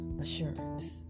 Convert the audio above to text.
assurance